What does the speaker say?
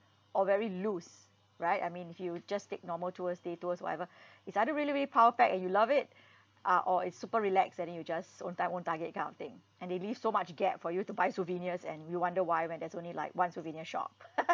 or very loose right I mean if you just take normal tours day tours whatever it's either really really powerpacked and you love it uh or it's super relaxed and then you just own time own target kind of thing and they leave so much gap for you to buy souvenirs and we wonder why when there's only like one souvenir shop